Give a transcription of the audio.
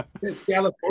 California